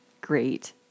great